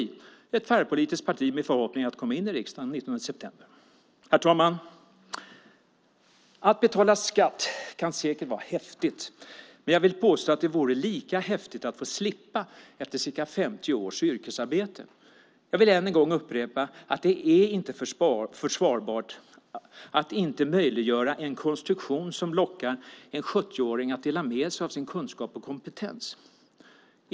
Det är ett tvärpolitiskt parti med förhoppningen att komma in i riksdagen den 19 september. Herr talman! Att betala skatt kan säkert vara häftigt, men jag vill påstå att det vore lika häftigt att få slippa efter ca 50 års yrkesarbete. Jag vill än en gång upprepa att det inte är försvarbart att inte möjliggöra en konstruktion som lockar en 70-åring att dela med sig av sin kunskap och kompetens.